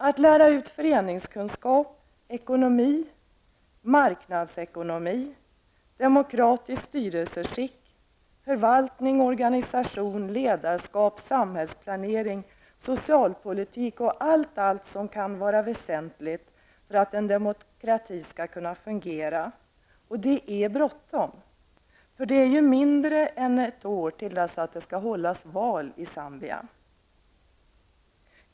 Att lära ut föreningskunskap, ekonomi, marknadsekonomi, demokratiskt styrelseskick, förvaltning, organisation, ledarskap, samhällsplanering, socialpolitik är faktorer som kan vara väsentliga för att demokrati skall kunna fungera. Det är bråttom -- om mindre än ett år skall det hållas val i Zambia.